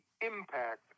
impact